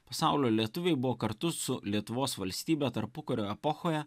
pasaulio lietuviai buvo kartu su lietuvos valstybe tarpukario epochoje